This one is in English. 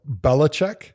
Belichick